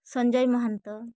Sanjay Mahanta